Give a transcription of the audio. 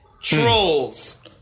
Trolls